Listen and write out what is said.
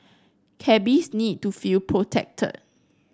cabbies need to feel protected